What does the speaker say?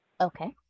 Okay